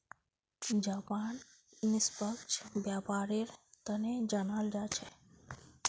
Japan निष्पक्ष व्यापारेर तने जानाल जा छेक